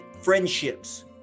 friendships